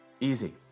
Easy